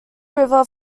river